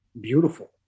beautiful